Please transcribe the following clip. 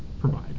provide